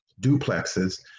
duplexes